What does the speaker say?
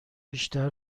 بیشتر